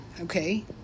okay